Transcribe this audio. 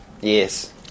Yes